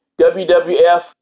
WWF